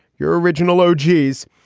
you're original. oh, geez.